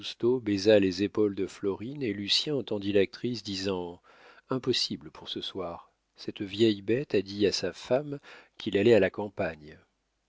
les épaules de florine et lucien entendit l'actrice disant impossible pour ce soir cette vieille bête a dit à sa femme qu'il allait à la campagne